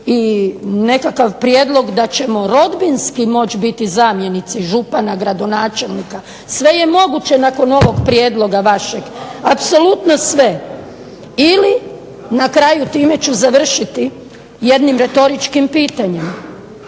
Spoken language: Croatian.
i nekakav prijedlog da ćemo rodbinski moći biti zamjenici župana, gradonačelnika. Sve je moguće nakon ovog prijedloga vašeg, apsolutno sve. Ili na kraju, time ću završiti, jednim retoričkim pitanjem,